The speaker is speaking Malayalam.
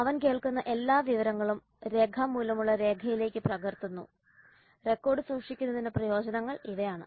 അവൻ കേൾക്കുന്ന എല്ലാ വിവരങ്ങളും രേഖാമൂലമുള്ള രേഖയിലേക്ക് പകർത്തുന്നു റെക്കോർഡ് സൂക്ഷിക്കുന്നതിന്റെ പ്രയോജനങ്ങൾ ഇവയാണ്